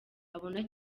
abona